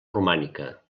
romànica